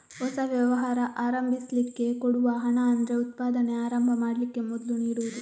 ಹೊಸ ವ್ಯವಹಾರ ಆರಂಭಿಸ್ಲಿಕ್ಕೆ ಕೊಡುವ ಹಣ ಅಂದ್ರೆ ಉತ್ಪಾದನೆ ಆರಂಭ ಮಾಡ್ಲಿಕ್ಕೆ ಮೊದ್ಲು ನೀಡುದು